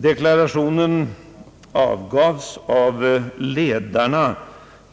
Deklarationen avgavs av ledarna